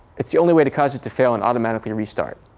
it's the only way to cause it to fail and automatically restart.